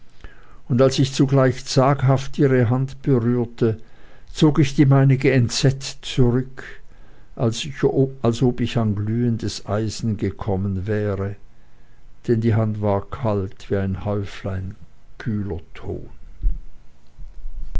und als ich zugleich zaghaft ihre hand berührte zog ich die meinige entsetzt zurück als ob ich an glühendes eisen gekommen wäre denn die hand war kalt wie ein häuflein kühler ton